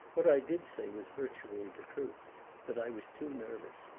what i did say was virtually the truth that i was too nervous,